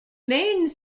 main